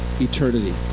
eternity